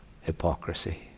hypocrisy